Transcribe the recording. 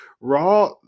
raw